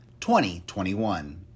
2021